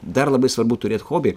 dar labai svarbu turėt hobį